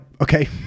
okay